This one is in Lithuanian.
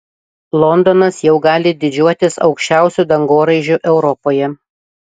londonas jau gali didžiuotis aukščiausiu dangoraižiu europoje